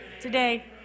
today